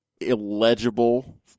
illegible